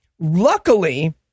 luckily